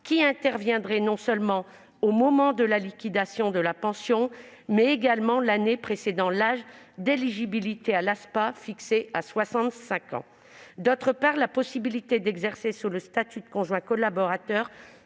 qui interviendrait non seulement au moment de la liquidation de la pension, mais également l'année précédant l'âge d'éligibilité à l'ASPA, fixé à 65 ans. Ensuite, la possibilité d'exercer sous le statut de conjoint collaborateur